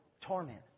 torment